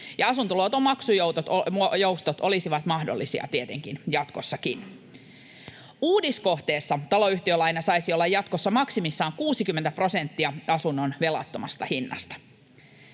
asuntoluoton maksujoustot olisivat mahdollisia tietenkin jatkossakin. Uudiskohteessa taloyhtiölaina saisi olla jatkossa maksimissaan 60 prosenttia asunnon velattomasta hinnasta.